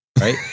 right